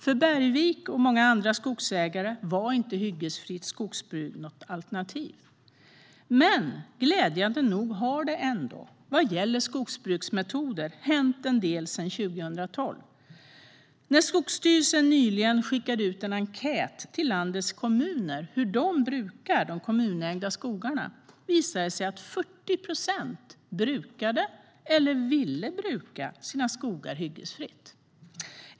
För Bergvik och många andra skogsägare var inte hyggesfritt skogsbruk något alternativ. Men glädjande nog har det ändå hänt en del sedan 2012 vad gäller skogsbruksmetoder. När Skogsstyrelsen nyligen skickade ut en enkät till landets kommuner om hur de brukar de kommunägda skogarna visade det sig att 40 procent brukade eller ville bruka sina skogar hyggesfritt.